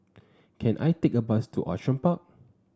can I take a bus to Outram Park